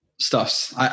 Stuffs